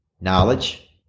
knowledge